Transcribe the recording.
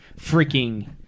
freaking